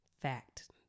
fact